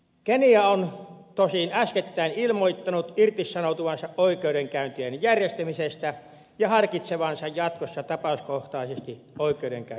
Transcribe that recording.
kenia on tosin äskettäin ilmoittanut irtisanoutuvansa oikeudenkäyntien järjestämisestä ja harkitsevansa jatkossa tapauskohtaisesti oikeudenkäynnin järjestämistä